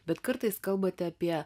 bet kartais kalbate apie